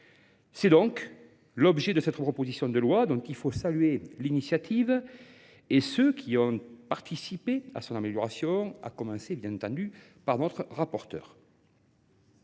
est l’objet de cette proposition de loi, dont il faut saluer tant les auteurs que ceux qui ont participé à son amélioration, à commencer, bien entendu, par notre rapporteure.